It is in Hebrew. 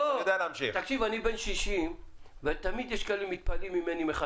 אני בן 60 ותמיד יש כאלה שמתפלאים לגבי.